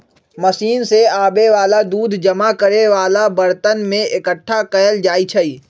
machine से आबे वाला दूध जमा करे वाला बरतन में एकट्ठा कएल जाई छई